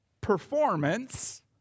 Performance